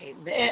Amen